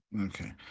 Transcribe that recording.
Okay